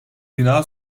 bina